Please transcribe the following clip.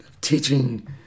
teaching